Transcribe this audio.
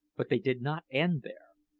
but they did not end there.